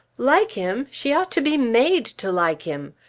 like him! she ought to be made to like him.